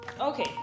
Okay